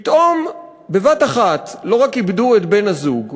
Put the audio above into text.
פתאום בבת אחת לא רק איבדו את בן-הזוג,